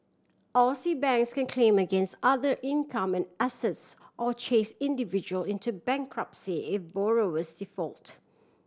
Aussie banks can claim against other income and assets or chase individual into bankruptcy if borrowers default